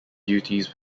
duties